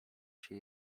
się